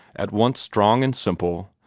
at once strong and simple,